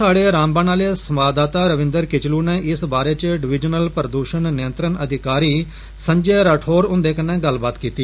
साहड़ें रामबन आले संवाददाता रविन्द्र किचलू नै इस बारे च डविजनल प्रदूषण नियंत्रण अधिकारी संजय राठौर हुन्दे कन्नै गल्लबात कीती